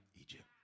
Egypt